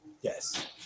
yes